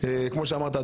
כמו שאמרת,